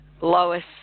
Lois